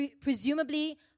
Presumably